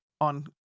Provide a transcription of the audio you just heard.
on